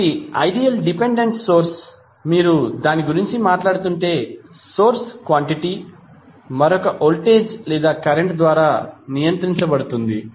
కాబట్టి ideal dependent source మీరు దాని గురించి మాట్లాడుతుంటే సోర్స్ క్వాంటిటీ మరొక వోల్టేజ్ లేదా కరెంట్ ద్వారా నియంత్రించబడుతుంది